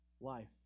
Life